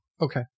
Okay